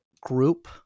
group